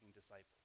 disciples